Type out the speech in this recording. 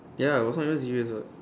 ya he was never nice to you as well [what]